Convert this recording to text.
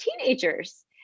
teenagers